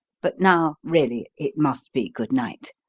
but now, really, it must be good-night.